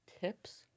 Tips